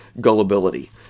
gullibility